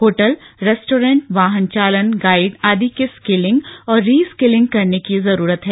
hotel restaurant वाहन चालन guide आदि के स्किलिंग और रीस्किलिंग करने की जरूरत है